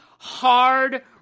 Hard